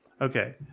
Okay